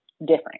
different